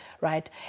right